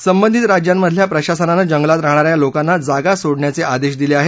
संबधीत राज्यांमधल्या प्रशासनानं जंगलात राहणा या या लोकांना जागा सोडण्याचे आदेश दिले आहेत